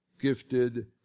gifted